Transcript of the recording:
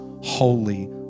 Holy